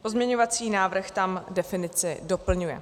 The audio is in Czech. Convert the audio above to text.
Pozměňovací návrh tam definici doplňuje.